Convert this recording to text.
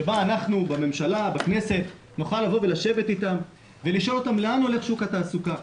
שאנחנו בממשלה ובכנסת נוכל לשבת אתם ולשאול אותם לאן הולך שוק התעסוקה.